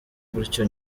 gutyo